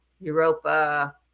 Europa